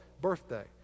birthday